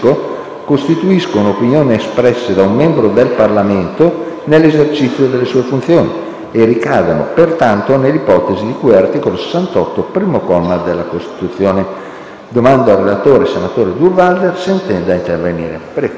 costituiscono opinioni espresse da un membro del Parlamento nell'esercizio delle sue funzioni e ricadono pertanto nell'ipotesi di cui all'articolo 68, primo comma, della Costituzione. Chiedo al relatore, senatore Durnwalder, se intende intervenire.